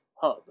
hub